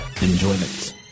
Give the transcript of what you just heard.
Enjoyment